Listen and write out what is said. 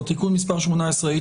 תודה על הצטרפותכם,